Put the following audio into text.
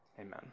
Amen